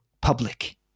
public